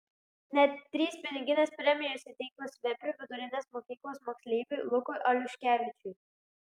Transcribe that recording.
net trys piniginės premijos įteiktos veprių vidurinės mokyklos moksleiviui lukui aliuškevičiui